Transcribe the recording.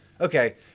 okay